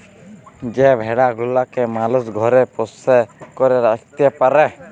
যে ভেড়া গুলাকে মালুস ঘরে পোষ্য করে রাখত্যে পারে